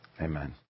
Amen